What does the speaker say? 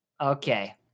Okay